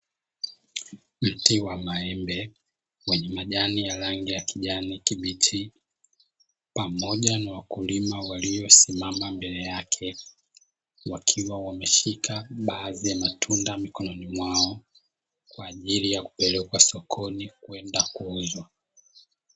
Mti wa maembe wenye majani ya rangi ya kijani kibichi, pamoja na wakulima waliosimama mbele yake, wakiwa wameshika baadhi ya matunda mikononi mwao kwa ajili ya kupelekwa sokoni kwenda kuuzwa.